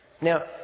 Now